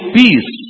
peace